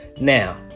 Now